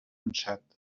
ansat